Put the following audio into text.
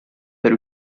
per